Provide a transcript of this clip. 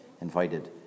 invited